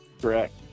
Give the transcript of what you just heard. correct